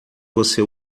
você